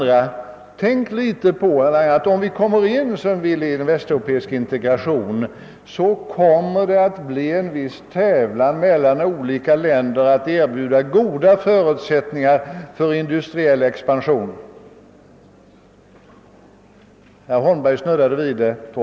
Om Sverige vidare, herr Lange, såsom vi önskar kommer in i en västeuropeisk integration, blir det även för oss en viss tävlan mellan olika länder om att erbjuda goda förutsättningar för industriell expansion. Herr Holmberg snuddade tidigare vid denna fråga.